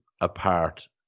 apart